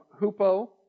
hupo